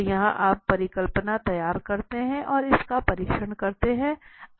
तो यहाँ आप परिकल्पना तैयार करते हैं और इसका परीक्षण करते हैं